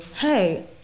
Hey